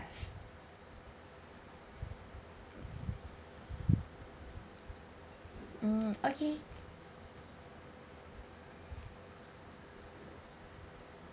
mm okay